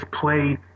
played